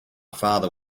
father